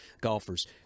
golfers